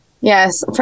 Yes